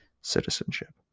citizenship